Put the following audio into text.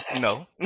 no